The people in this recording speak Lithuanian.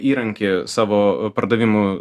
įrankį savo pardavimų